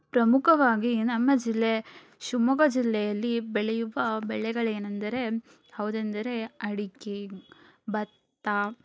ಪ್ರಮುಖವಾಗಿ ನಮ್ಮ ಜಿಲ್ಲೆ ಶಿವಮೊಗ್ಗ ಜಿಲ್ಲೆಯಲ್ಲಿ ಬೆಳೆಯುವ ಬೆಳೆಗಳೇನೆಂದರೆ ಹೌದೆಂದರೆ ಅಡಿಕೆ ಭತ್ತ